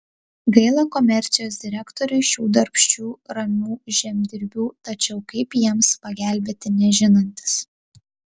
gaila komercijos direktoriui šių darbščių ramių žemdirbių tačiau kaip jiems pagelbėti nežinantis